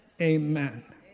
Amen